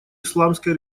исламской